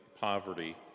poverty